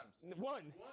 One